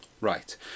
Right